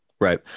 Right